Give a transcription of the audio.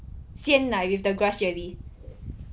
鲜奶 with the grass jelly